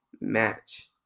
match